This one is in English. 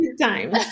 time